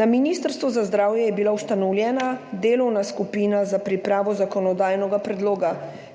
Na Ministrstvu za zdravje je bila ustanovljena delovna skupina za pripravo zakonodajnega predloga,